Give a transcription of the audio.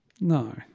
No